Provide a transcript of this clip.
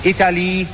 Italy